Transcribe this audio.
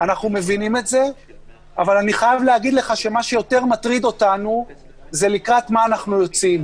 אבל מה שיותר מטריד אותנו זה לקראת מה אנחנו יוצאים,